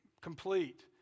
complete